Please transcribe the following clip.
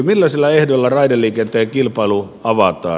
millaisilla ehdoilla raideliikenteen kilpailu avataan